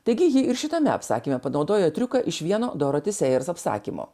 taigi ji ir šitame apsakyme panaudojo triuką iš vieno doroti sejers apsakymo